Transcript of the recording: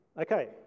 okay